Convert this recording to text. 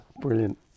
Brilliant